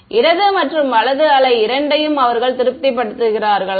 இடது மற்றும் வலது அலை இரண்டையும் அவர்கள் திருப்திப்படுத்துகிறார்களா